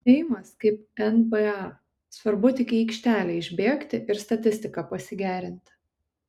seimas kaip nba svarbu tik į aikštelę išbėgti ir statistiką pasigerinti